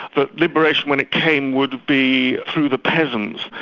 but liberation when it came would be through the peasants.